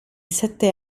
sette